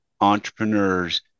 entrepreneurs